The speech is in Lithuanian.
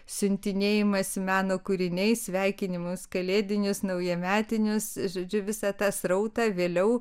siuntinėjimas meno kūriniai sveikinimus kalėdinius naujametinius žodžiu visą tą srautą vėliau